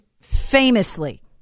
famously